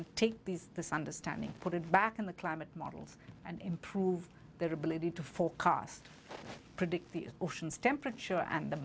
and take these this understanding put it back in the climate models and improve their ability to forecast predict the oceans temperature and the